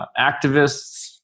activists